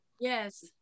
yes